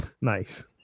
nice